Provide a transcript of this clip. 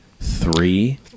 Three